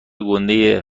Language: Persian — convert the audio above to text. گُنده